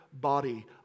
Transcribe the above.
body